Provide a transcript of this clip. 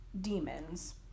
demons